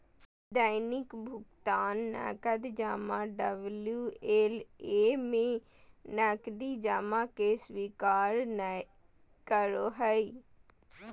दैनिक भुकतान नकद जमा डबल्यू.एल.ए में नकदी जमा के स्वीकार नय करो हइ